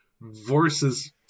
versus